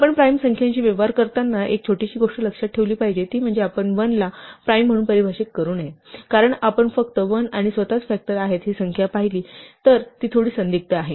आपण प्राइम संख्यांशी व्यवहार करत असताना एक छोटीशी गोष्ट लक्षात ठेवली पाहिजे ती म्हणजे आपण चुकूनही 1 ला प्राइम म्हणून परिभाषित करू नये कारण आपण फक्त 1 आणि स्वतःच फॅक्टर आहेत ही व्याख्या पाहिली तर ती थोडी संदिग्ध आहे